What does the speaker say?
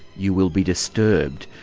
you will be disturbed,